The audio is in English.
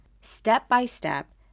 step-by-step